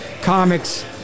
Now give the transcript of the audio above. comics